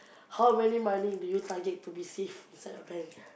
how many money do you target to receive inside your bank